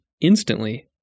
instantly